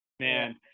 Man